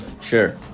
Sure